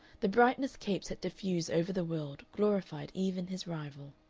the brightness capes had diffused over the world glorified even his rival.